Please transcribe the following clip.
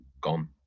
gone